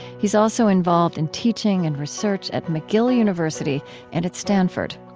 he's also involved in teaching and research at mcgill university and at stanford.